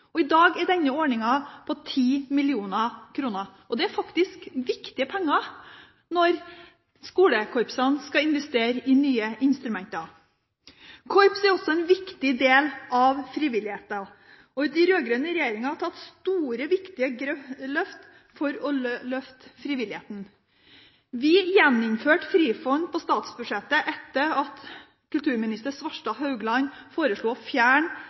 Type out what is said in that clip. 2005. I dag er denne ordningen på 10 mill. kr, og det er faktisk viktige penger når skolekorpsene skal investere i nye instrumenter. Korps er også en viktig del av frivilligheten, og den rød-grønne regjeringen har tatt store, viktige grep for å løfte frivilligheten. Vi gjeninnførte Frifond på statsbudsjettet etter at kulturminister Svarstad Haugland foreslo å fjerne